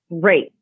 Great